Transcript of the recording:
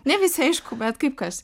ne visi aišku bet kaip kas